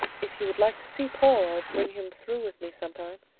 if you would like to see paul i'll bring him through with me sometime,